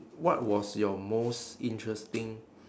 what was your most interesting